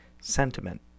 sentiment